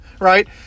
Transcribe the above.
right